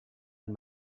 and